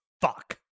fuck